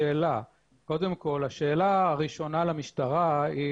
השאלה הראשונה למשטרה היא